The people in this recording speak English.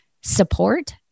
support